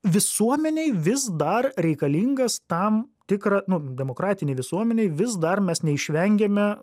visuomenei vis dar reikalingas tam tikra nu demokratinėj visuomenėj vis dar mes neišvengiame